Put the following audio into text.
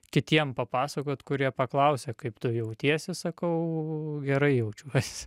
kitiem papasakot kurie paklausia kaip tu jautiesi sakau gerai jaučiuosi